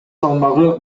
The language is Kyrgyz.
салмагы